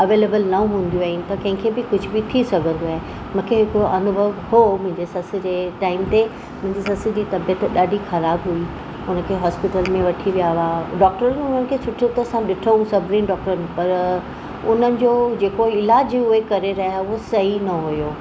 available न हूंदियूं आहिनि त कंहिंखे बि कुझु बि थी सघंदो आहे मूंखे हिकु अनुभव हो मुंहिंजे ससु जे टाइम ते मुंहिंजी ससु जी तबियतु ॾाढी ख़राबु हुई हुनखे हॉस्पिटल में वठी विया हुआ डॉक्टर हुननि खे सुठियूं तरहं सां ॾिठोसि सभिनी डॉक्टर पर उन्हनि जो जेको इलाज उहे करे रहिया उहो सही न हुयो